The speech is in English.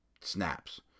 snaps